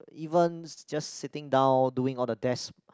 even it just sitting down doing all the desk